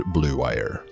Bluewire